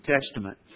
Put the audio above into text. Testament